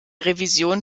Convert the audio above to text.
revision